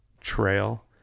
trail